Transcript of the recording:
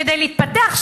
כדי להתפתח,